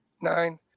nine